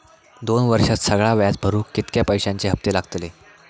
दोन वर्षात सगळा व्याज भरुक कितक्या पैश्यांचे हप्ते लागतले?